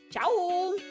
ciao